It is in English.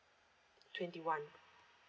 twenty one